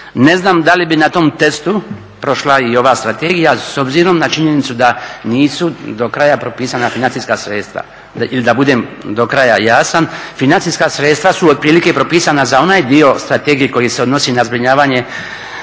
Ne znam da li bi na tom testu prošla i ova strategija s obzirom na činjenicu da nisu do kraja propisana financijska sredstva ili da budem do kraja jasan. Financijska sredstva su otprilike propisana za onaj dio strategije koji se odnosi na zbrinjavanje